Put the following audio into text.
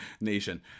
nation